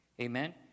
Amen